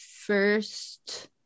first